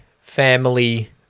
family